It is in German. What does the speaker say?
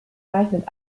zeichnet